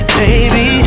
baby